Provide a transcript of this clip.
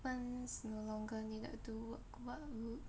humans no longer needed to work what would